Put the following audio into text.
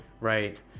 Right